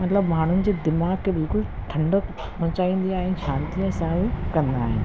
मतिलबु माण्हुनि जे दिमाग़ खे बिल्कुलु ठंडक पहुचाईंदी ऐं शांतीअ सां ई कंदा आहिनि